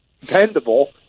dependable